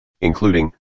including